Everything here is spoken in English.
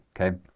Okay